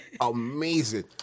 amazing